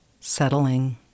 settling